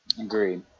Agreed